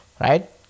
right